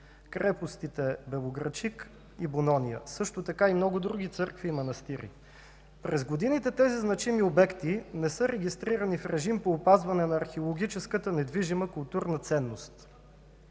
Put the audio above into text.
крепостите „Белоградчик” и „Бонония”, а също така много други църкви и манастири. През годините тези обекти не са регистрирани в режим по опазване на археологическата недвижима културна ценност.